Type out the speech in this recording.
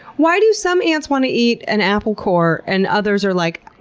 why do some ants want to eat an apple core, and others are like,